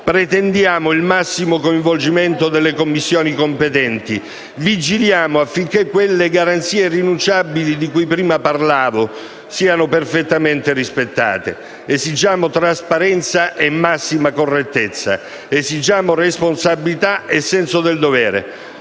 Pretendiamo il massimo coinvolgimento delle Commissioni competenti. Vigiliamo affinché quelle garanzie irrinunciabili di cui prima parlavo siano perfettamente rispettate. Esigiamo trasparenza e massima correttezza. Esigiamo responsabilità e senso del dovere.